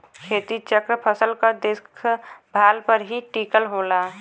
खेती चक्र फसल क देखभाल पर ही टिकल होला